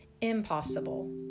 impossible